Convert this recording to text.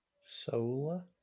Solar